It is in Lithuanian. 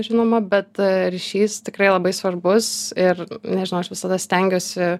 žinoma bet ryšys tikrai labai svarbus ir nežinau aš visada stengiuosi